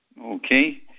Okay